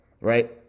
right